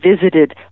visited